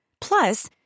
Plus